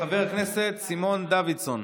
חבר הכנסת סימון דוידסון,